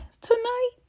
tonight